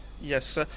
Yes